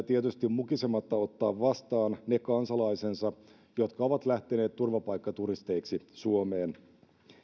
tietysti mukisematta ottaa vastaan ne kansalaisensa jotka ovat lähteneet turvapaikkaturisteiksi suomeen